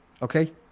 Okay